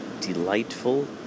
Delightful